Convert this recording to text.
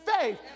faith